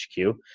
HQ